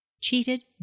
Cheated